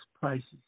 prices